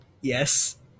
Yes